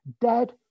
dead